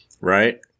Right